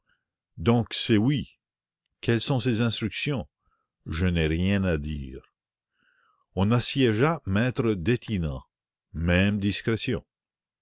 quelles sont ses instructions je n'ai rien à dire on assiégea m e detinan même discrétion